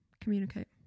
Communicate